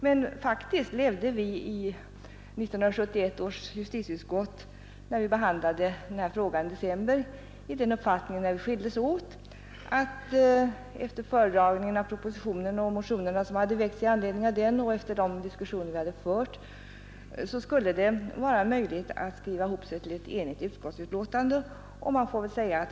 Men när vi i 1971 års justitieutskott skildes åt i december sedan vi behandlat denna fråga levde vi faktiskt i den uppfattningen att det efter föredragningen av propositionen och de motioner som hade väckts i anledning av denna och efter de diskussioner vi hade fört skulle vara möjligt att skriva ihop sig till ett enhälligt utskottsbetänkande.